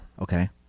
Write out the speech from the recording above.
Okay